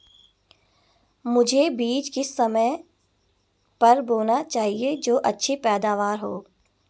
मुझे बीज किस समय पर बोना चाहिए जो अच्छी पैदावार हो?